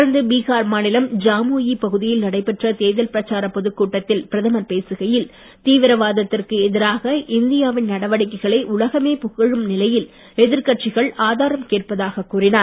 தொடர்ந்து பீகார் மாநிலம் ஜாமூயி பகுதியில் நடைபெற்ற தேர்தல் பிரச்சாரப் பொதுக் கூட்டத்தில் பிரதமர் பேசுகையில் தீவிரவாதத்திற்கு எதிரான இந்தியாவின் நடவடிக்கைகளை உலகமே புகழும் நிலையில் எதிர்கட்சிகள் ஆதாரம் கேட்பதாக கூறினார்